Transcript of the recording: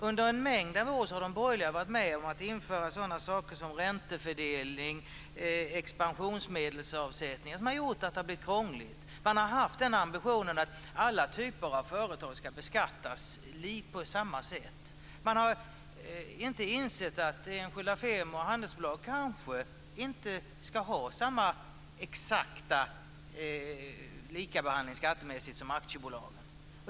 Under en mängd av år har de borgerliga varit med om att införa sådana saker som räntefördelning och expansionsmedelsavsättning, sådant som har gjort att det har blivit krångligt. Man har haft ambitionen att alla typer av företag ska beskattas på samma sätt. Man har inte insett att enskilda firmor och handelsbolag kanske inte ska ha exakt samma behandling skattemässigt som aktiebolagen.